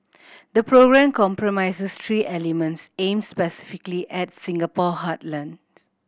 the programme comprises three elements aimed specifically at Singapore's heartlands